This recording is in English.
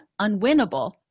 unwinnable